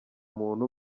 muntu